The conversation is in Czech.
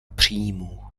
příjmů